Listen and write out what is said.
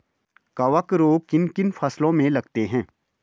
कवक रोग किन किन फसलों में लगते हैं?